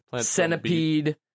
Centipede